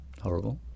Horrible